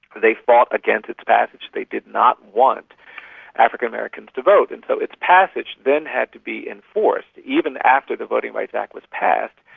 they fought against its passage, they did not want african americans to vote. and so its passage then had to be enforced. even after the voting rights act was passed,